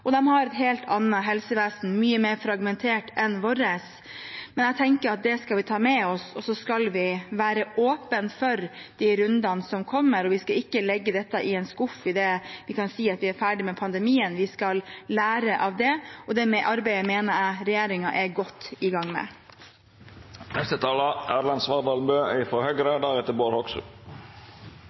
og de har et helt annet helsevesen som er mye mer fragmentert enn vårt. Men jeg tenker at det skal vi ta med oss, og så skal være åpne for de rundene som kommer. Vi skal ikke legge dette i en skuff idet vi kan si at vi er ferdige med pandemien – vi skal lære av det, og det arbeidet mener jeg regjeringen er godt i gang